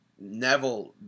Neville –